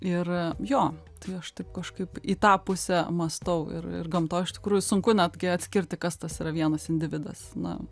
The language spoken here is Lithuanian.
ir jo tai aš taip kažkaip į tą pusę mąstau ir ir gamtoj iš tikrųjų sunku netgi atskirti kas tas yra vienas individas na